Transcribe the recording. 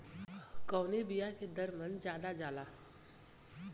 कवने बिया के दर मन ज्यादा जाला?